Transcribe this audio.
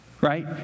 Right